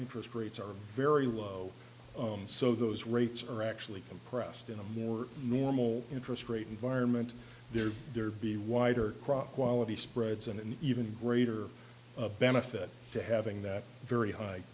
interest rates are very low so those rates are actually compressed in a more normal interest rate environment there'd be wider crop quality spreads and an even greater benefit to having that very high